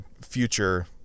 future